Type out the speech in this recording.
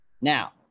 Now